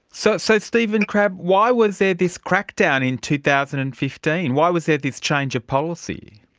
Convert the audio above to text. so so, stephen crabbe, why was there this crackdown in two thousand and fifteen, why was there this change of policy?